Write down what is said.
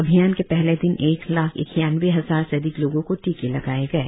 अभियान के पहले दिन एक लाख इक्यानवे हज़ार से अधिक लोगों को टीके लगाये गये